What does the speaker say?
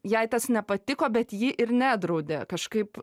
jai tas nepatiko bet ji ir nedraudė kažkaip